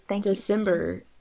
December